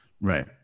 Right